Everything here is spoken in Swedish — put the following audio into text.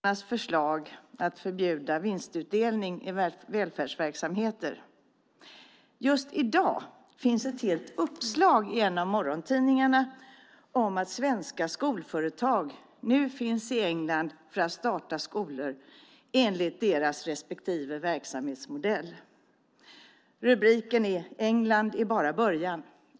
Herr talman! Jag vill börja med att uppehålla mig vid Socialdemokraternas förslag att förbjuda vinstutdelning i välfärdsverksamheter. Just i dag finns ett helt uppslag i en av morgontidningarna om att svenska skolföretag nu finns i England för att starta skolor enligt respektive verksamhetsmodell. Rubriken är "England är bara början".